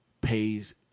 pays